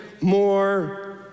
more